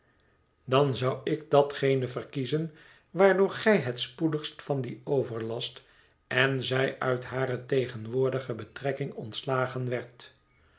dan zou ik datgene verkiezen waardoor gij het spoedigst van dien overlast en zij uit hare tegenwoordige betrekking ontslagen werd